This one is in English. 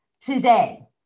today